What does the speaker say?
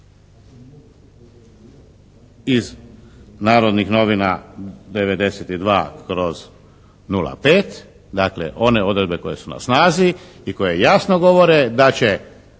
iz Narodnih novina 92/05. Dakle, one odredbe koje su na snazi i koje jasno govore da će